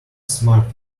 smartly